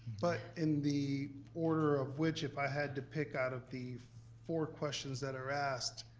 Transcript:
but in the order of which, if i had to pick out of the four questions that are asked,